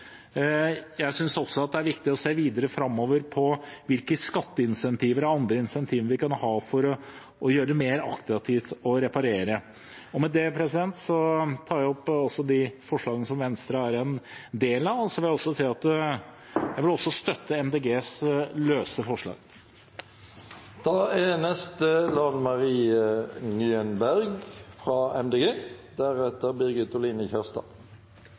Jeg synes også det er viktig å se videre framover, på hvilke skatteinsentiver og andre insentiver vi kan ha for å gjøre det mer attraktivt å reparere. Så vil jeg også si at jeg vil støtte Miljøpartiet De Grønnes løse forslag. At representanten Mathilde Tybring-Gjedde ofte er irriterende god, er ingen nyhet, og jeg vil